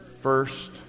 first